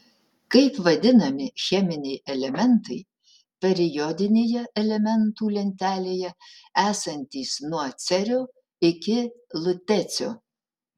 kaip vadinami cheminiai elementai periodinėje elementų lentelėje esantys nuo cerio iki lutecio